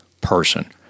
person